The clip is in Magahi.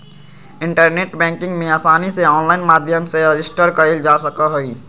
इन्टरनेट बैंकिंग में आसानी से आनलाइन माध्यम से रजिस्टर कइल जा सका हई